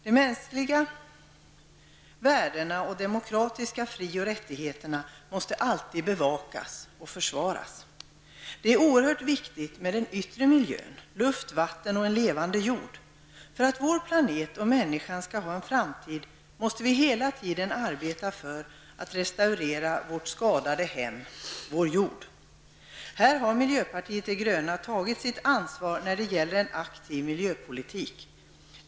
De mänskliga värdena och de demokratiska fri och rättigheterna måste alltid bevakas och försvaras. Det är oerhört viktigt med den yttre miljön, luft, vatten och en levande jord. För att vår planet och människan skall ha en framtid måste vi hela tiden arbeta för att restaurera vårt skadade hem, vår jord. Miljöpartiet de gröna har tagit sitt ansvar när det gäller att föra en aktiv miljöpolitik.